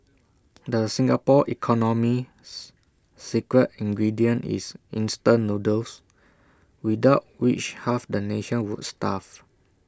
the Singapore economy's secret ingredient is instant noodles without which half the nation would starve